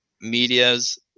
medias